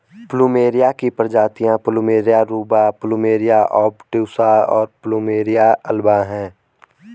plumeria की प्रजातियाँ plumeria rubra, plumeria obtusa, और प्लुमेरिया अल्बा हैं